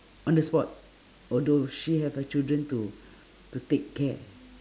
on the spot although she have her children to to take care